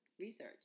research